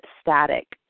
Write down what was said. static